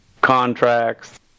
contracts